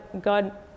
God